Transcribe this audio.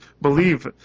believe